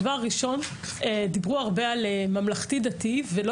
דבר ראשון דיברו הרבה על ממלכתי דתי ולא